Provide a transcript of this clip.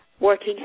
working